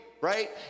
right